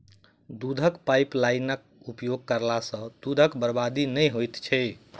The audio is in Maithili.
दूधक पाइपलाइनक उपयोग करला सॅ दूधक बर्बादी नै होइत छै